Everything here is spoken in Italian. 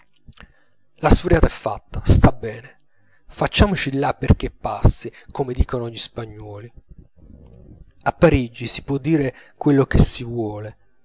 la sfuriata è fatta sta bene facciamoci in là perchè passi come dicono gli spagnuoli a parigi si può dire quello che si vuole